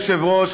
אדוני היושב-ראש,